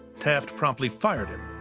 taft promptly fired him.